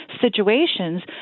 situations